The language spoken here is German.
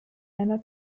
ein